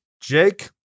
jake